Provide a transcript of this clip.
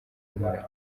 mpora